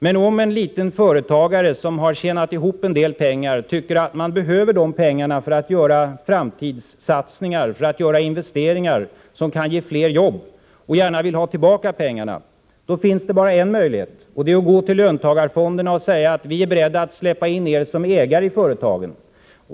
Men om en liten företagare, som har tjänat ihop en del pengar, tycker att han behöver pengarna för att göra framtidssatsningar, investeringar som kan ge flera jobb, och vill ha tillbaka pengarna, då finns det bara en möjlighet, nämligen att gå till löntagarfonderna och säga att han är beredd att släppa in dem som ägare i företaget.